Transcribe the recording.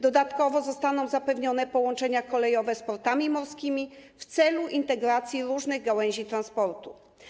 Dodatkowo zostaną zapewnione połączenia kolejowe z portami morskimi w celu integracji różnych gałęzi transportu.